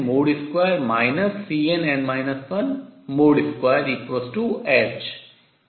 2 Cnn 12h या